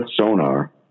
sonar